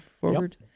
Forward